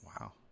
Wow